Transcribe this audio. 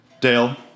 Dale